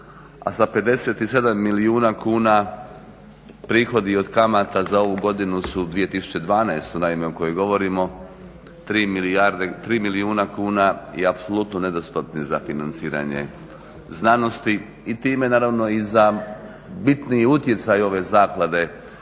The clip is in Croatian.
a sa 57 milijuna kuna prihodi od kamata za ovu godinu su 2012. naime o kojoj govorimo 3 milijuna kuna i apsolutno nedostatni za financiranje znanosti i time naravno i za bitni utjecaj ove Zaklade